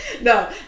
No